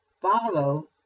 Follow